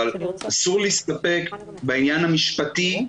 אבל אסור להסתפק בעניין המשפטי,